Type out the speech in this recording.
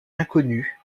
inconnu